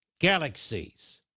galaxies